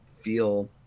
feel